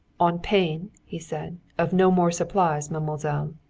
on pain, he said, of no more supplies, mademoiselle.